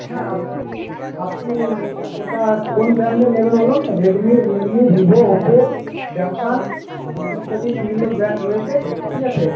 হ্যাঁ আপনি আপনি ওটা কোন ব্র্যান্ডের নেবেন বলুন Redmi Realme Vivo Oppo Samsung ইত্যাদি বিভিন্ন ব্র্যান্ড রয়েছে ঠিক আছে